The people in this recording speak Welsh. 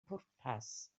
pwrpas